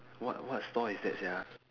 what what stall is that sia